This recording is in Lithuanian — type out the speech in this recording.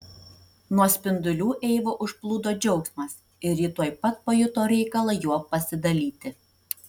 nuo spindulių eivą užplūdo džiaugsmas ir ji tuoj pat pajuto reikalą juo pasidalyti